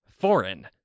Foreign